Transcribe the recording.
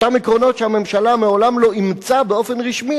אותם עקרונות שהממשלה מעולם לא אימצה באופן רשמי,